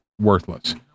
worthless